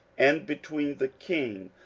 and between the king,